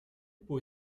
peaux